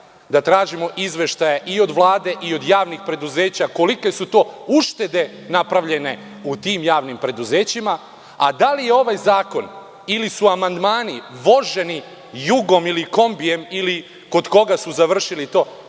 da tražimo izveštaje od Vlade i javnih preduzeća kolike su to uštede napravljene u tim javnim preduzećima, a ne da li je ovaj zakon ili su amandmani voženi „Jugom“ ili kombijem ili kod koga su završili. To